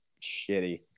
shitty